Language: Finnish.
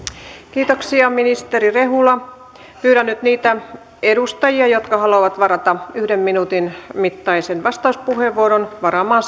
kiitoksia ministeri rehula pyydän nyt niitä edustajia jotka haluavat varata yhden minuutin mittaisen vastauspuheenvuoron varaamaan